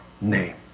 name